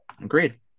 agreed